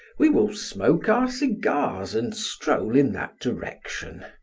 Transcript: we will smoke our cigars and stroll in that direction.